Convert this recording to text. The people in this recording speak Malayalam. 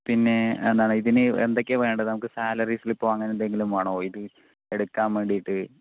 പിന്നെ എന്താണ് ഇതിന് എന്തൊക്കെയാണ് വേണ്ടത് നമുക്ക് സാലറി സ്ലിപ്പോ അങ്ങനെ എന്തെങ്കിലും വേണോ ഇത് എടുക്കാൻ വേണ്ടിട്ട്